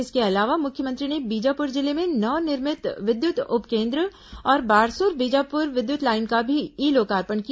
इसके अलावा मुख्यमंत्री ने बीजापुर जिले में नवनिर्मित विद्युत उप केन्द्र और बारसूर बीजापुर विद्युत लाइन का भी ई लोकार्पण किया